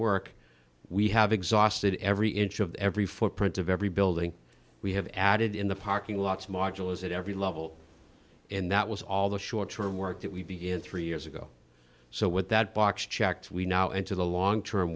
work we have exhausted every inch of every footprint of every building we have added in the parking lots marshall is at every level and that was all the short term work that we began three years ago so what that box checked we now into the long term